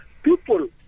people